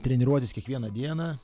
treniruotis kiekvieną dieną